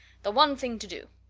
the one thing to do.